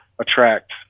attract